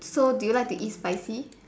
so do you like to eat spicy